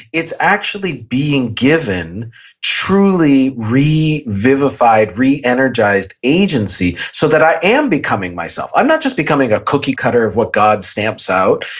it's actually being given truly re vivified, re-energized agency so that i am becoming myself. i'm not just becoming a cookie cutter of what god stamps out.